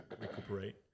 recuperate